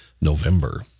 November